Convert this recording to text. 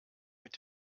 mit